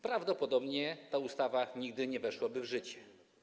Prawdopodobnie ta ustawa nigdy nie weszłaby w życie.